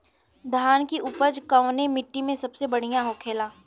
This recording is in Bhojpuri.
धान की उपज कवने मिट्टी में सबसे बढ़ियां होखेला?